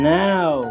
now